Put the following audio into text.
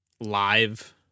live